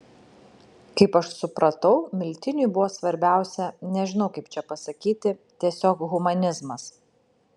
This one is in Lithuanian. kaip aš supratau miltiniui buvo svarbiausia nežinau kaip čia pasakyti tiesiog humanizmas